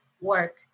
work